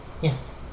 Yes